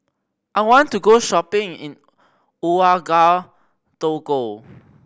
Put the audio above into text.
I want to go shopping in Ouagadougou